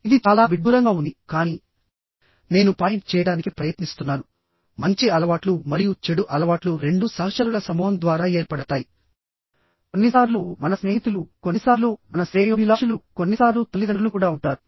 ఇది చాలా విడ్డూరంగా ఉంది కానీ నేను పాయింట్ చేయడానికి ప్రయత్నిస్తున్నానుమంచి అలవాట్లు మరియు చెడు అలవాట్లు రెండూ సహచరుల సమూహం ద్వారా ఏర్పడతాయికొన్నిసార్లు మన స్నేహితులుకొన్నిసార్లు మన శ్రేయోభిలాషులు కొన్నిసార్లు తల్లిదండ్రులు కూడా ఉంటారు